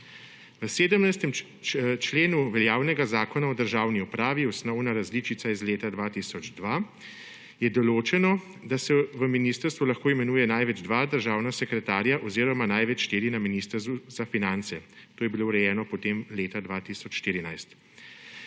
V 17. členu veljavnega Zakona o državni upravi, osnovne različice iz leta 2002, je določeno, da se v ministrstvu lahko imenuje največ dva državna sekretarja oziroma največ štiri na Ministrstvu za finance. To je bilo urejeno potem leta 2014.